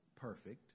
perfect